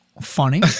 funny